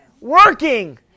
working